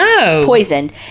poisoned